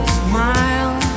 smile